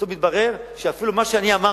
בסוף מתברר שאפילו מה שאני אמרתי,